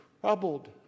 troubled